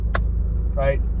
Right